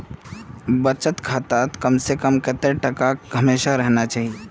बचत खातात कम से कम कतेक टका हमेशा रहना चही?